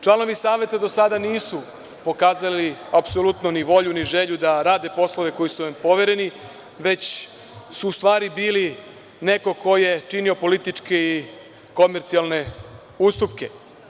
Članovi Saveta do sada nisu pokazali apsolutno ni volju ni želju da rade poslove koji su im povereni, već su u stvari bili neko ko je činio političke i komercijalne ustupke.